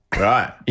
Right